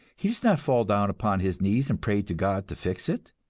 he does not fall down upon his knees and pray to god to fix it.